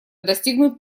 достигнут